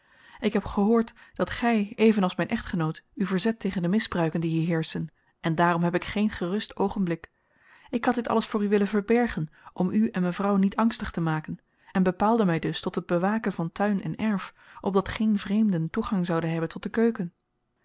ik heb gehoord dat gy even als myn echtgenoot u verzet tegen de misbruiken die hier heerschen en daarom heb ik geen gerust oogenblik ik had dit alles voor u willen verbergen om u en mevrouw niet angstig te maken en bepaalde my dus tot het bewaken van tuin en erf opdat geen vreemden toegang zouden hebben tot de keuken